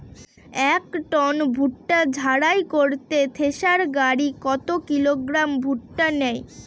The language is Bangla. এক টন ভুট্টা ঝাড়াই করতে থেসার গাড়ী কত কিলোগ্রাম ভুট্টা নেয়?